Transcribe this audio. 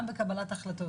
גם בקבלת ההחלטות.